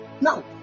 Now